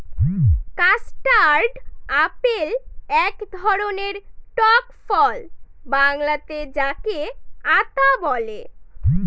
custard apple এক ধরনের টক ফল বাংলাতে যাকে আঁতা বলে